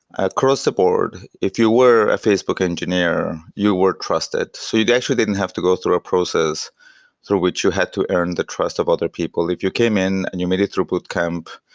across the board, if you were a facebook engineer, you were trusted. so you actually didn't have to go through a process through which you had to earn the trust of other people. if you came in and you made it through boot camp,